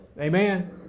Amen